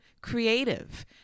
creative